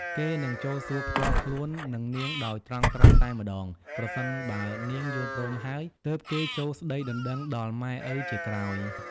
គេនិងចូលសួរផ្ទាល់ខ្លួននឹងនាងដោយត្រង់ៗតែម្ដង ប្រសិនបើនាងយល់ព្រមហើយ ទើបគេចូលស្ដីដណ្ដឹងដល់ម៉ែឪជាក្រោយ ។